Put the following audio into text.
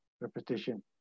repetition